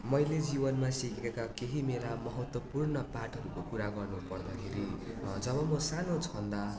मैले जीवनमा सिकेका केही मेरा महत्त्वपूर्ण पाठहरूको कुरा गर्नु पर्दाखेरि जब म सानो छँदा